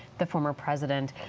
the former president.